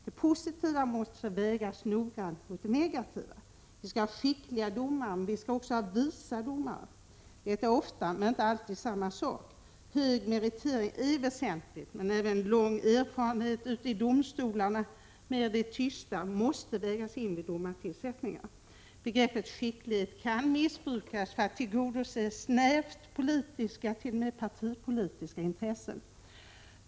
De positiva måste vägas noggrant mot de negativa. Vi skall ha skickliga domare, men vi skall också ha ”visa” domare. Detta är ofta, men inte alltid, samma sak. Hög meritering är väsentligt, men även lång erfarenhet ute i domstolarna mer i det tysta måste vägas in vid domartillsättningar. Begreppet ”skicklighet” kan missbrukas för att tillgodose snävt politiska, t.o.m. partipolitiska, intressen.